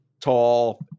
tall